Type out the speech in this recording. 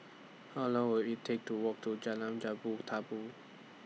How Long Will IT Take to Walk to Jalan Jambu Tabu